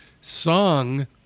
song-